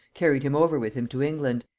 carried him over with him to england,